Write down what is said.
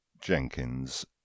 Jenkins